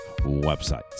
website